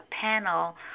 panel